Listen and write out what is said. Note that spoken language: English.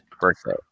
birthday